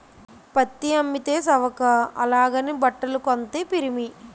పత్తి అమ్మితే సవక అలాగని బట్టలు కొంతే పిరిమి